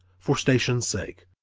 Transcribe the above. for station's sake,